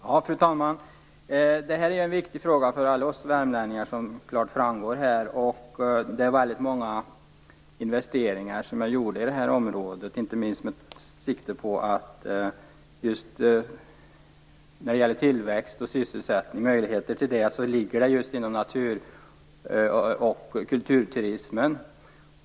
Fru talman! Det här är en viktig fråga för alla oss värmlänningar. Det framgår klart här. Många investeringar är gjorda i det här området, inte minst med tanke på att möjligheterna till tillväxt och sysselsättning ligger just inom natur och kulturturismen.